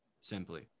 simply